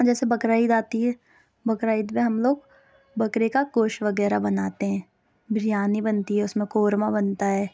اور جیسے بقرہ عید آتی ہے بقرہ عید میں ہم لوگ بکرے کا گوشت وغیرہ بناتے ہیں بریانی بنتی ہے اُس میں قورمہ بنتا ہے